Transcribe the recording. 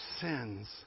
sins